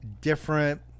different